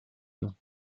nom